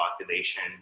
population